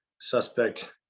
suspect